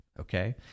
Okay